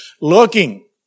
looking